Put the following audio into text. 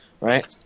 right